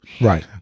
Right